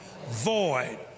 Void